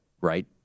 right